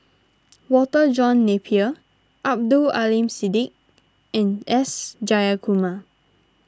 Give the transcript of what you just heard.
Walter John Napier Abdul Aleem Siddique and S Jayakumar